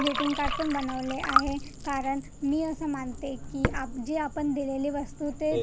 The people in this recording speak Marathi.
ग्रिटींग काडपण बनवले आहे कारण मी असं मानते की आप जे आपण दिलेली वस्तू ते